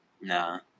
No